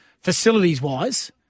facilities-wise